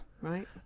right